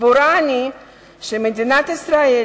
סבורה אני שמדינת ישראל